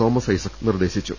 Thomas Isaac നിർദ്ദേശിച്ചു